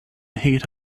heat